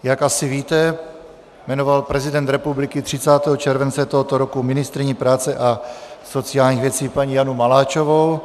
Jak asi víte, jmenoval prezident republiky 30. července tohoto roku ministryni práce a sociálních věcí paní Janu Maláčovou.